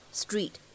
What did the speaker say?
street